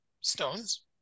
stones